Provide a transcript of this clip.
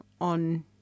on